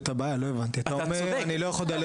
תגיד